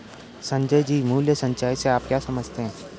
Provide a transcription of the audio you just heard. संजय जी, मूल्य संचय से आप क्या समझते हैं?